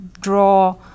draw